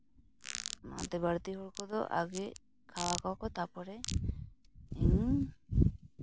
ᱚᱱᱟᱛᱮ ᱵᱟᱹᱲᱛᱤ ᱦᱚᱲ ᱠᱚᱫᱚ ᱟᱜᱮ ᱠᱷᱟᱣᱟᱣ ᱠᱚᱣᱟᱠᱚ ᱛᱟᱨᱯᱚᱨᱮ ᱤᱧ